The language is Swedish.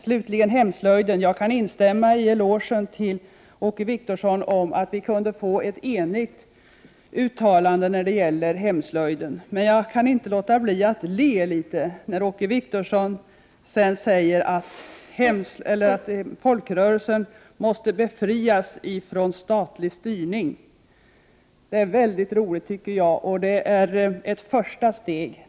Slutligen kan jag instämma i elogen till Åke Wictorsson för att vi kunde få till stånd ett enigt uttalande när det gäller hemslöjden. Jag kan dock inte låta bli att le litet grand när Åke Wictorsson sedan säger att folkrörelsen måste befrias från statlig styrning. Det är glädjande att Åke Wictorsson tagit detta första steg.